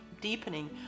deepening